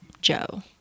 Joe